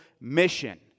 mission